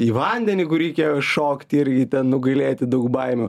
į vandenį kur reikia šokti irgi ten nugalėti daug baimių